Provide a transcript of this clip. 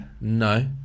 No